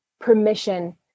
permission